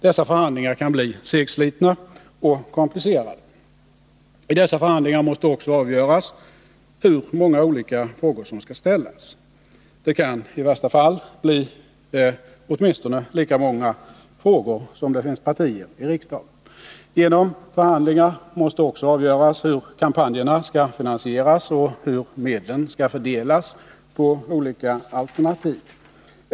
Dessa förhandlingar kan bli segslitna och komplicerade. I dessa förhandlingar måste också avgöras hur många olika frågor som skall ställas. Det kan i värsta fall bli åtminstone lika många som det finns partier i riksdagen. Genom förhandlingar måste också avgöras hur kampanjerna skall finansieras och hur medlen skall fördelas på olika alternativ.